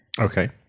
Okay